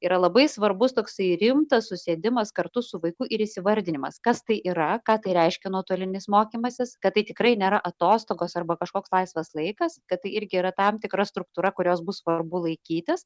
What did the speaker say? yra labai svarbus toksai rimtas susėdimas kartu su vaiku ir įvardinimas kas tai yra ką tai reiškia nuotolinis mokymasis kad tai tikrai nėra atostogos arba kažkoks laisvas laikas kad tai irgi yra tam tikra struktūra kurios bus svarbu laikytis